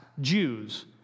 Jews